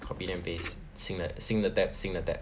copy then paste 新的新的 tab 新的 tab